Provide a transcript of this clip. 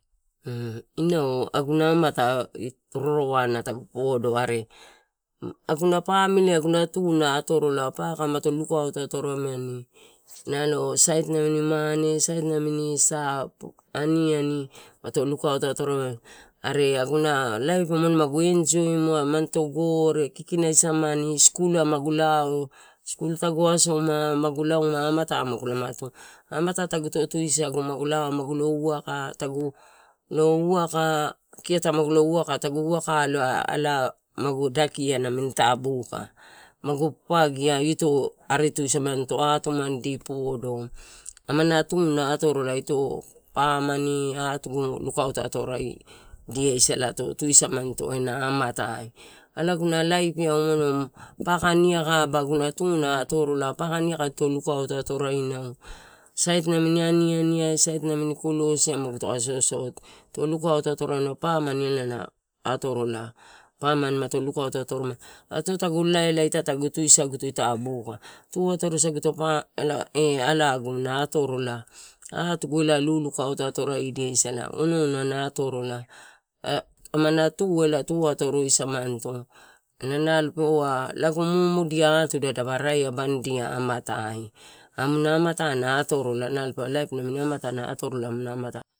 inau aguna amata roroana tagu podo are aguna pamiliai aguna tu na atorola paka mato lukauto atoraimani nalo sait namini mane, sait namini a aniani moto lukauto atorai-mani, are aguna laip imano magu enjoimua, manito gore, kikinaisamani skul ai magu lao, skul tagu asoma, magu lauma amatai magu lama tu amaita. Amatai taguto tusagu, magu lao aguio wakam kieta maguio waka, tagu waka aloa ala magu dakia namini ita buka. Magu papadia ito aritusamanito, eitumani di podo amana tu na atorola, pamani, atugu lukauto atoradiasalato, ito ena amatai elae aguna laip ai paka, niaka aiba aguna tu na atorola paka, niaka, dito lukauto atorainau, sait namini anianiai, sait namini kiosi magu to ko sosot dito lukauto atorainau pamani elae na atoroia. Pamani moto lukauto atoromani re ito tagu tusagu to ita buka tu atoro samanito eh aiagu na atorola, atugu elae lukauto atorodia sala, onou na atorola amana tu elae tu atoro samanito, mumudia atuda dupa rai abanidia amatai, amuna amatai na atorola nalo pe ua laip nami amatai na atorola amu na amatai.